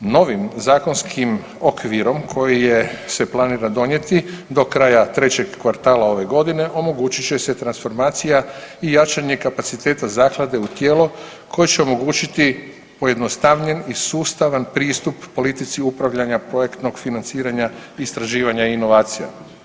Novim zakonskim okvirom koji je, se planira donijeti do kraja trećeg kvartala ove godine omogućit će se transformacija i jačanje kapaciteta zaklade u tijelo koje će omogućiti pojednostavljen i sustavan pristup politici upravljanja projektnog financiranja, istraživanja i inovacija.